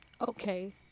okay